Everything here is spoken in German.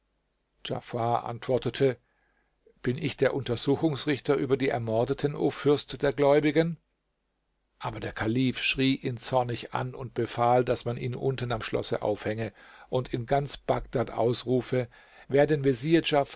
antwortete bin ich der untersuchungsrichter über die ermordeten o fürst der gläubigen aber der kalif schrie ihn zornig an und befahl daß man ihn unten am schlosse aufhänge und in ganz bagdad ausrufe wer den